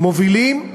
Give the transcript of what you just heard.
מובילים